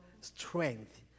strength